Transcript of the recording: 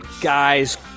guys